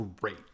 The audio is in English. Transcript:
great